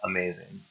Amazing